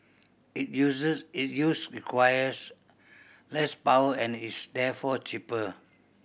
it uses it use requires less power and is therefore cheaper